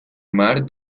mar